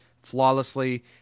Flawlessly